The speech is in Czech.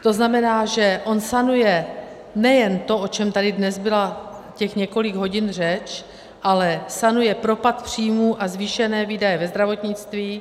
To znamená, že on sanuje nejen to, o čem tady dnes byla těch několik hodin řeč, ale sanuje propad příjmů a zvýšené výdaje ve zdravotnictví.